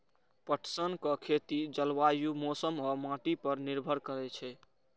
पटसनक खेती जलवायु, मौसम आ माटि पर निर्भर करै छै